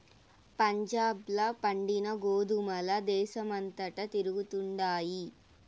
పంజాబ్ ల పండిన గోధుమల దేశమంతటా తిరుగుతండాయి